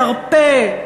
מרפא,